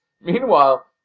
Meanwhile